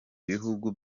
bihugu